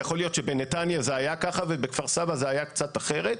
זה יכול להיות שבנתניה זה היה כך ובכפר סבא זה היה קצת אחרת.